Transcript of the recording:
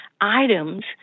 items